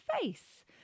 face